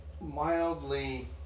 mildly